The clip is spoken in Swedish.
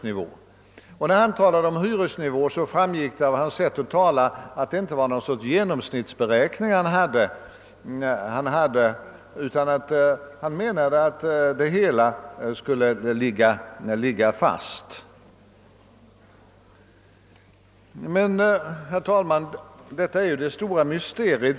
När han talade om hyresnivå framgick det av hans sätt att tala, att det inte var någon sorts genom snittsberäkning han hade i tankarna utan menade att praktiskt taget alla hyror skulle ligga fasta. Men detta är ju, herr talman, det stora mysteriet.